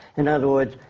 in other words,